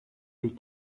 les